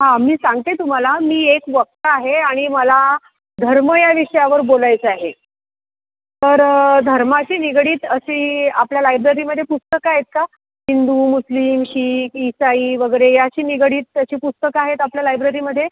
हां मी सांगते तुम्हाला मी एक वक्ता आहे आणि मला धर्म या विषयावर बोलायचं आहे तर धर्माशी निगडीत अशी आपल्या लायब्ररीमध्ये पुस्तकं आहेत का हिंदू मुस्लिम शीख ईसाई वगैरे याशी निगडीत तशी पुस्तकं आहेत आपल्या लायब्ररीमध्ये